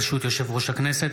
ברשות יושב-ראש הכנסת,